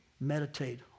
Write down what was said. meditate